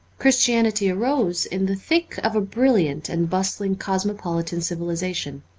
christianity arose in the thick of a brilliant and bustling cosmopolitan civilization.